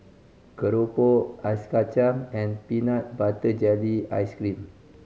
keropok ice kacang and peanut butter jelly ice cream